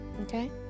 Okay